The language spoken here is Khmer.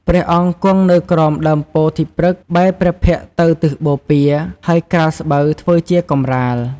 ព្រះអង្គគង់នៅក្រោមដើមពោធិព្រឹក្ស បែរព្រះភក្ត្រទៅទិសបូព៌ា ហើយក្រាលស្បូវធ្វើជាកម្រាល។